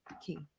key